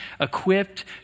equipped